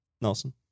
Nelson